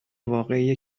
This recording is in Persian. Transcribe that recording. واقعی